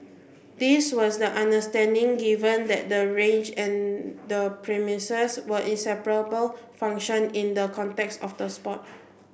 this was the understanding given that the range and the premises were inseparable function in the context of the sport